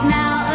now